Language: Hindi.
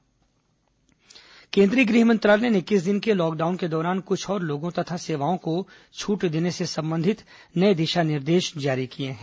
कोरोना गृह मंत्रालय केन्द्रीय गृह मंत्रालय ने इक्कीस दिन के लॉकडाउन के दौरान कुछ और लोगों तथा सेवाओं को छट देने से संबंधित नये दिशा निर्देश जारी किये हैं